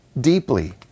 deeply